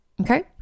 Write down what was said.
Okay